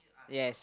yes